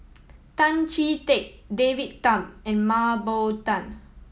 Tan Chee Teck David Tham and Mah Bow Tan